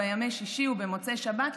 בימי שישי ובמוצאי שבת,